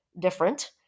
different